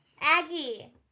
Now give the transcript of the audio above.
Aggie